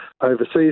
overseas